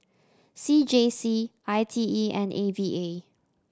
C J C I T E and A V A